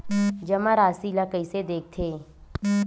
जमा राशि ला कइसे देखथे?